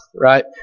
right